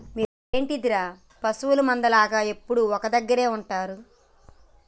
మీరేంటిర పశువుల మంద లాగ ఎప్పుడు ఒకే దెగ్గర ఉంటరు